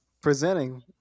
presenting